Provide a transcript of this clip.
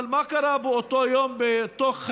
אבל מה קרה באותו יום בתוך הוועדה?